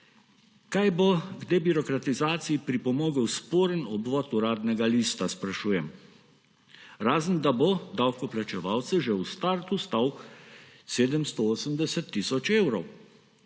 Kaj bo k debirokratizaciji pripomogel sporen obvod Uradnega lista, sprašujem; razen, da bo davkoplačevalce že v startu stal 780 tisoč evrov.